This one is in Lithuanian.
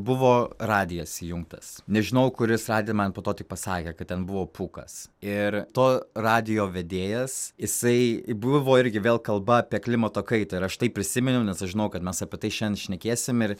buvo radijas įjungtas nežinau kuris radijas man po to tik pasakė kad ten buvo pūkas ir to radijo vedėjas jisai buvo irgi vėl kalba apie klimato kaitą ir aš taip prisiminiau nes aš žinojau kad mes apie tai šen šnekėsim ir